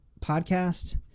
podcast